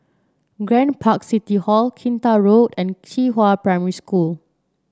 Grand Park City Hall Kinta Road and Qihua Primary School